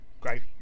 Great